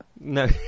No